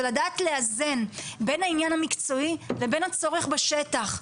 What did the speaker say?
ולדעת לאזן בין העניין המקצועי לבין הצורך בשטח.